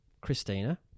Christina